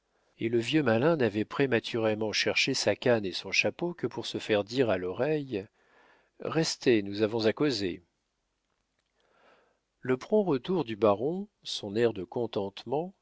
et le vieux malin n'avait prématurément cherché sa canne et son chapeau que pour se faire dire à l'oreille restez nous avons à causer le prompt retour du baron son air de contentement